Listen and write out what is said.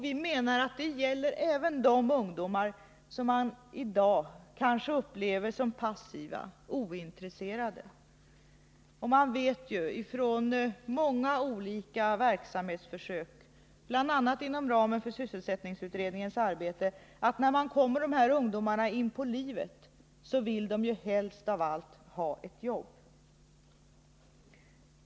Vi menar att detta gäller även för de ungdomar som man i dag kanske upplever som passiva och ointresserade. Man vet från många olika verksamhetsförsök, bl.a. inom ramen för sysselsättningsutredningens arbete, att när man kommer de här ungdomarna inpå livet så finner man att de helst av allt vill få ett jobb.